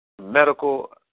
medical